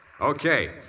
Okay